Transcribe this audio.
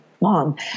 mom